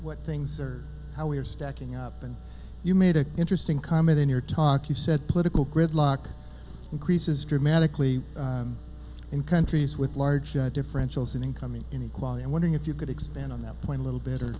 what things are how we are stacking up and you made an interesting comment in your talk you said political gridlock increases dramatically in countries with large differentials in incoming inequality i'm wondering if you could expand on that point a little bit or